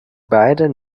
beiden